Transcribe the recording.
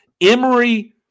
Emory